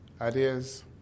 ideas